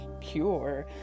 pure